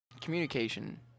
communication